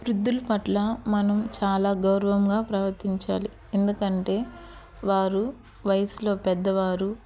వృద్ధుల పట్ల మనం చాలా గౌరవముగా ప్రవర్తించాలి ఎందుకు అంటే వారు వయసులో పెద్దవారు